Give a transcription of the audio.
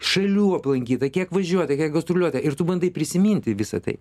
šalių aplankyta kiek važiuota kiek gastroliuota ir tu bandai prisiminti visa tai